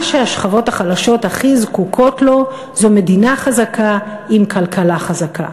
מה שהשכבות החלשות הכי זקוקות לו זו מדינה חזקה עם כלכלה חזקה,